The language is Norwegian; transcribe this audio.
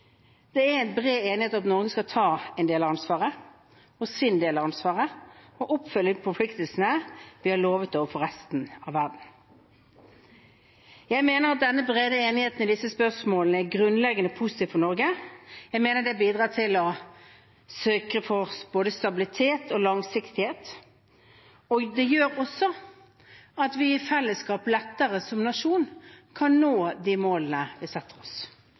klimautfordringene. Det er bred enighet om – og jeg tar med alle, for det som ikke er sagt, er vel kanskje at man er enig – at Norge skal ta sin del av ansvaret for å oppfylle de forpliktelsene vi har lovet overfor resten av verden å oppfylle. Jeg mener at den brede enigheten i disse spørsmålene er grunnleggende positivt for Norge. Jeg mener det bidrar til å sørge for både stabilitet og langsiktighet, og det gjør også at vi i fellesskap som